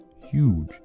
Huge